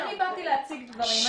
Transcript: אני באתי להציג דברים.